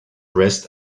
dressed